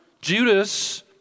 Judas